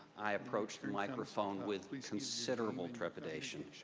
i approach the microphone with with considerable trepidation.